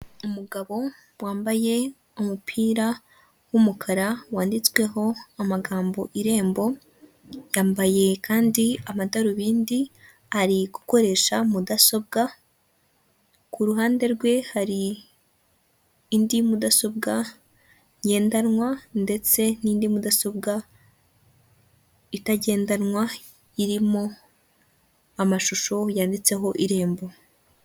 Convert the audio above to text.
Abagabo babiri bose bafite kasike zanditseho sefu moto, aba bagabo bose bambaye amarinete umwe ni umwirabura ariko undi ni umuzungu.